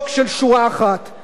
עכשיו, מי שרוצה